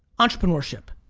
entrepreneurship.